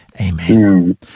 Amen